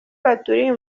baturiye